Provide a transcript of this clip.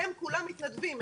הם כולם מתנדבים.